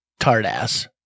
Tardass